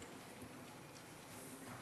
אני פה.